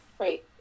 Right